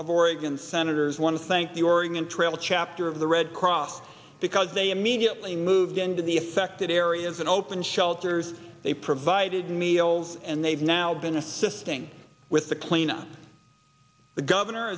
of oregon's senators want to thank the oregon trail chapter of the red cross because they immediately moved into the affected areas and opened shelters they provided meals and they've now been assisting with the clean up the governor